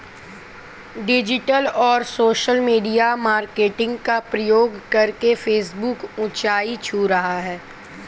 digital और social media marketing का प्रयोग करके फेसबुक ऊंचाई छू रहा है